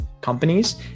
companies